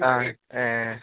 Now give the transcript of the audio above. ஆ ஆ ஆ